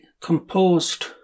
composed